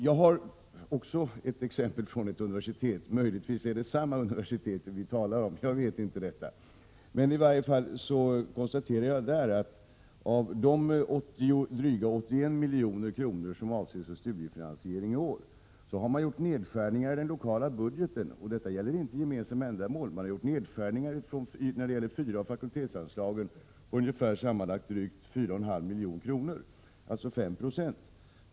Även jag har ett exempel från ett universitet. Möjligtvis är det samma universitet som vi talar om — jag vet inte. Jag kan i varje fall konstatera att av de dryga 81 milj.kr. som avsatts för studiefinansiering i år har man gjort nedskärningar i den lokala budgeten beträffande fyra av fakultetsanslagen på sammanlagt ungefär 4,5 milj.kr., dvs. 5 20.